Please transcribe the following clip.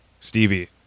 Stevie